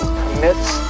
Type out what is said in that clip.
commits